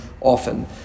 often